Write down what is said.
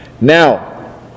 Now